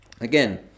again